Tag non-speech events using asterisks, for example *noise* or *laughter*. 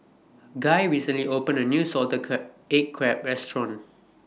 Guy recently opened A New Salted *unintelligible* Egg Crab Restaurant